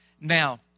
Now